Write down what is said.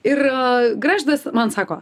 ir gražvydas man sako